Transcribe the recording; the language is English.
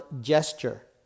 gesture